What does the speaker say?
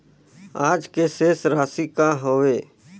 आज के शेष राशि का हवे?